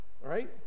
right